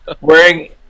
wearing